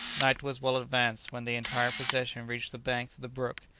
night was well advanced when the entire procession reached the banks of the brook,